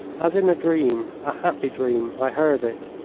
as in a dream a happy dream i heard it,